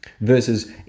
Versus